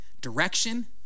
direction